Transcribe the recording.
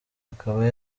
akaba